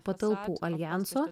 patalpų aljanso